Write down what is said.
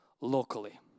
locally